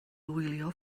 gwylio